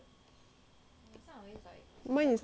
mine is like